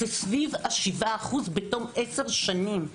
זה כ-7% בתום עשר שנים.